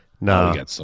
No